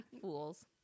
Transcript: fools